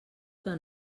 que